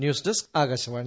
news desk Akashvani